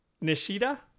Nishida